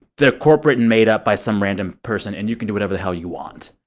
they're corporate and made up by some random person, and you can do whatever the hell you want.